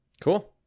Cool